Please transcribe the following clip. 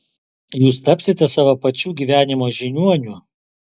jūs tapsite savo pačių gyvenimo žiniuoniu